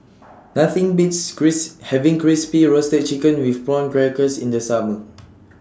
Nothing Beats criss having Crispy A Roasted Chicken with Prawn Crackers in The Summer